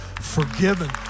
forgiven